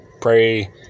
pray